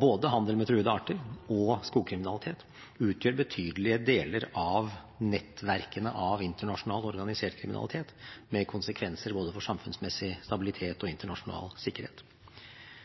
Både handel med truede arter og skogkriminalitet utgjør betydelige deler av nettverkene av internasjonalt organisert kriminalitet, med konsekvenser både for samfunnsmessig stabilitet og for internasjonal sikkerhet.